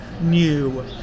new